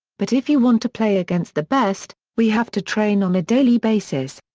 but if you want to play against the best, we have to train on a daily basis.